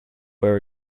were